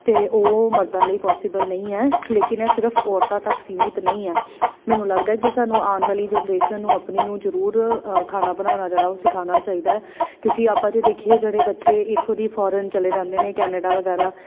ਅਤੇ ਉਹ ਮਰਦਾਂ ਲਈ ਪੋਸੀਬਲ ਨਹੀਂ ਹੈ ਲੇਕਿਨ ਇਹ ਸਿਰਫ ਔਰਤਾਂ ਤੱਕ ਸੀਮਿਤ ਨਹੀਂ ਆ ਮੈਨੂੰ ਲੱਗਦਾ ਕਿ ਸਾਨੂੰ ਆਉਣ ਵਾਲੀ ਜਨਰੇਸ਼ਨ ਨੂੰ ਆਪਣੀ ਨੂੰ ਜ਼ਰੂਰ ਖਾਣਾ ਬਣਾਉਣਾ ਜਿਹੜਾ ਉਹ ਸਿਖਾਉਣਾ ਚਾਹੀਦਾ ਹੈ ਕਿਉਂਕਿ ਆਪਾਂ ਜੇ ਦੇਖੀਏ ਜਿਹੜੇ ਬੱਚੇ ਇੱਥੋਂ ਦੀ ਫੋਰਨ ਚਲੇ ਜਾਂਦੇ ਨੇ ਕੈਨੇਡਾ ਵਗੈਰਾ